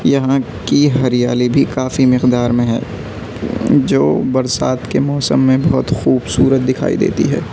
یہاں کی ہریالی بھی کافی مقدار میں ہے جو برسات کے موسم میں بہت خوبصورت دکھائی دیتی ہے